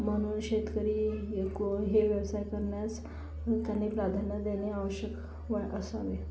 म्हणून शेतकरी हे कोण हे व्यवसाय करण्यास हे करणे प्राधान्य देणे आवश्यक वा असावे